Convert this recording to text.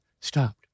stopped